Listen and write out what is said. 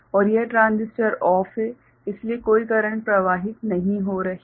और यह ट्रांजिस्टर बंद है इसलिए कोई करंट प्रवाहित नहीं हो रहा है